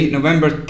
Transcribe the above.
November